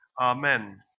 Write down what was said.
Amen